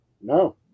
No